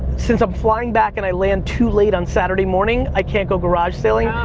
since i'm flying back and i land too late on saturday morning, i can't go garage sale-ing,